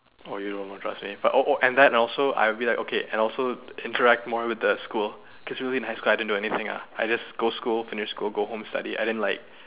oh you don't know trust me but oh oh and then also I will be like okay and also interact more with the school cause really in school I didn't do anything ah I just go school finish school go home study I didn't like